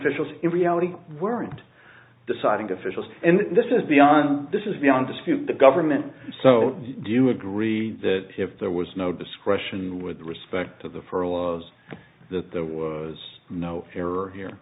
officials in reality weren't deciding officials and this is beyond this is beyond dispute the government so do you agree that if there was no discretion with respect to the fir was that there was no error here